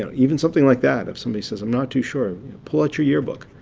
and even something like that, if somebody says i'm not too sure pull out your yearbook.